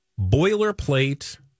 boilerplate